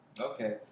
Okay